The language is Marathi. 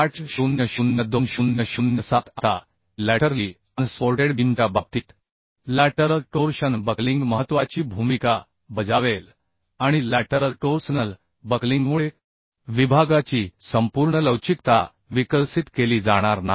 IS 800 2007 आता लॅटरली अनसपोर्टेड बीमच्या बाबतीत लॅटरल टोर्शन बकलिंग महत्वाची भूमिका बजावेल आणि लॅटरल टोर्सनल बकलिंगमुळे विभागाची संपूर्ण लवचिकता विकसित केली जाणार नाही